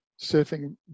surfing